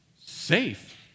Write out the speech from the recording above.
Safe